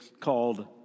called